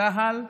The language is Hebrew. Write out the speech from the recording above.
צה"ל,